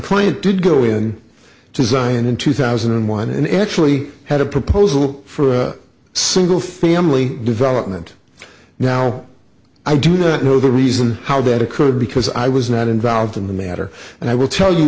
client did go in to zion in two thousand and one and actually had a proposal for single family development now i do not know the reason how that occurred because i was not involved in the matter and i will tell you